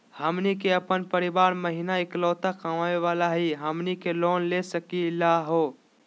हमनी के अपन परीवार महिना एकलौता कमावे वाला हई, हमनी के लोन ले सकली का हो?